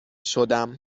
شدم